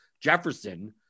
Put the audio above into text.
Jefferson